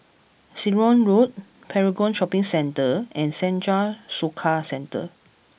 Ceylon Road Paragon Shopping Centre and Senja Soka Centre